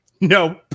No